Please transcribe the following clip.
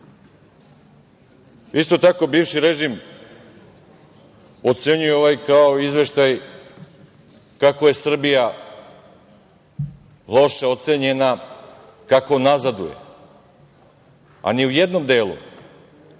tako, bivši režim ocenjuje ovaj izveštaj kako je Srbija loše ocenjena, kako nazaduje a ni u jednom delu